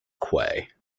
quay